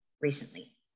recently